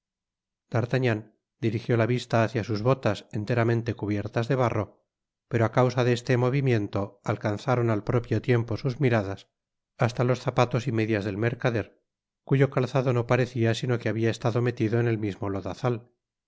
d'artagnan dirigió la vista hácia sus botas enteramente cubiertas de barro pero ácausa de este movimiento alcanzaron al propio tiempo sus miradas hasta los zapatos y medias del mercader cuyo calzado no parecía sino que habia estado metido en el mismo lodazal